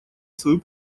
свою